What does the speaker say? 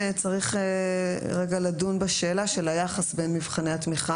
צריך רגע לדון בשאלה של היחס בין מבחני התמיכה